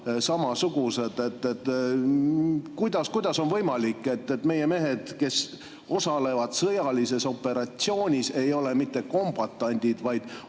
samasugused. Kuidas on võimalik, et meie mehed, kes osalevad sõjalises operatsioonis, ei ole mitte kombatandid,